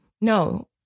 No